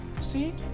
See